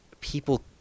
People